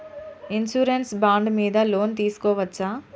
Insurance bond మీద loan తీస్కొవచ్చా?